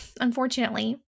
unfortunately